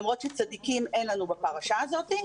למרות שצדיקים אין לנו בפרשה הזאת.